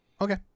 okay